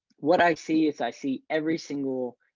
what i see is, i see every single